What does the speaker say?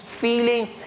feeling